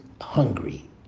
hungry